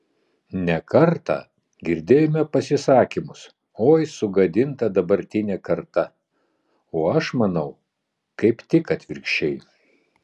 ne kartą girdėjome pasisakymus oi sugadinta dabartinė karta o aš manau kaip tik atvirkščiai